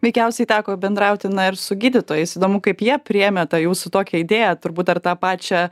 veikiausiai teko bendrauti na ir su gydytojais įdomu kaip jie priėmė tą jūsų tokią idėją turbūt dar tą pačią